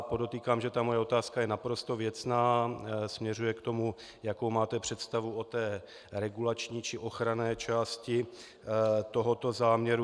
Podotýkám, že moje otázka je naprosto věcná, směřuje k tomu, jakou máte představu o regulační či ochranné části tohoto záměru.